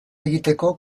egiteko